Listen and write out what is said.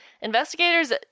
Investigators